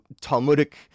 Talmudic